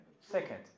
Second